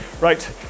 Right